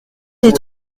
des